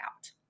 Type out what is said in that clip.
out